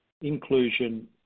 inclusion